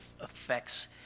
affects